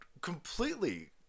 completely